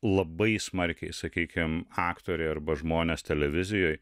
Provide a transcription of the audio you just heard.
labai smarkiai sakykim aktoriai arba žmonės televizijoj